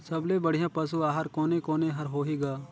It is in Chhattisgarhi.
सबले बढ़िया पशु आहार कोने कोने हर होही ग?